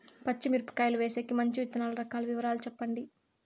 పచ్చి మిరపకాయలు వేసేకి మంచి విత్తనాలు రకాల వివరాలు చెప్పండి?